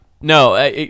No